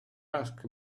ask